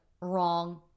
wrong